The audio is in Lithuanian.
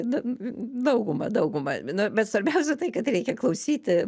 nu dauguma dauguma na bet svarbiausia tai kad reikia klausyti